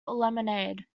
lemonade